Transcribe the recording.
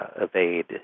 evade